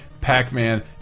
Pac-Man